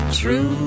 true